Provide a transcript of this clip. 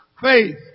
Faith